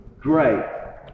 great